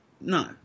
no